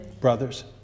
Brothers